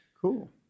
Cool